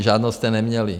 Žádnou jste neměli.